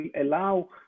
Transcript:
allow